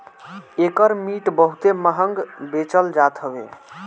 एकर meat बहुते महंग बेचल जात हवे